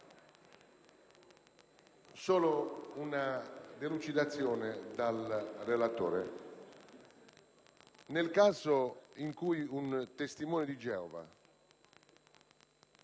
avere una delucidazione dal relatore. Nel caso in cui un testimone di Geova